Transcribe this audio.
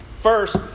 First